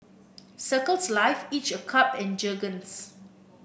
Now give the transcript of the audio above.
Circles Life each a cup and Jergens